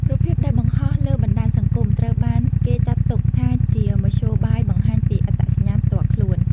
រូបភាពដែលបង្ហោះលើបណ្ដាញសង្គមត្រូវបានគេចាត់ទុកថា ជាមធ្យោបាយបង្ហាញពីអត្តសញ្ញាណផ្ទាល់ខ្លួន។